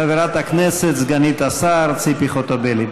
חברת הכנסת סגנית השר ציפי חוטובלי.